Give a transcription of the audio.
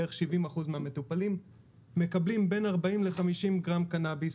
בערך 70% מהמטופלים מקבלים בין 40 ל-50 גרם קנביס.